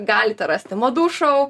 galite rasti madų šou